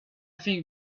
think